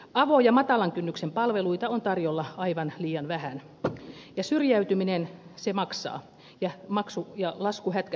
avo ja matalan kynnyksen palveluita on tarjolla aivan liian vähän ja syrjäytyminen maksaa ja lasku hätkähdyttää